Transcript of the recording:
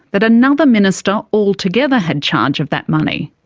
that another minister altogether had charge of that money.